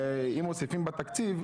ואם מוסיפים בתקציב,